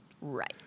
Right